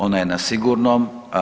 Ona je na sigurnom.